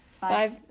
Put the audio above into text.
Five